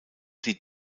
die